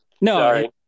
No